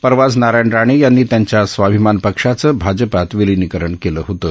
परवाच नारायण राणे यांनी त्यांच्या स्वाभिमान पक्षाचं भाजपात विलीनिकरण केलं होतं